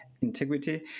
integrity